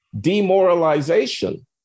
demoralization